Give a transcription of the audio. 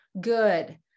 good